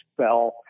fell